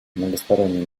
многосторонний